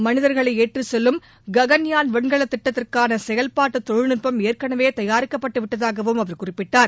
மனிதர்களை ஏற்றிச் செல்லும் ககன்யான் விண்கல திட்டத்திற்கான செயல்பாட்டு தொழில்நுட்பம் ஏற்கனவே தயாரிக்கப்பட்டு விட்டதாகவும் அவர் குறிப்பிட்டார்